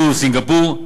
הודו וסינגפור,